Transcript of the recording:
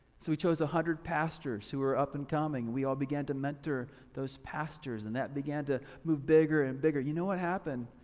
so we chose one hundred pastors who were up and coming, we all began to mentor those pastors and that began to move bigger and bigger. you know what happened?